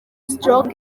stroke